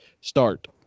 start